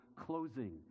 closing